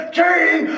king